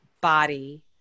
body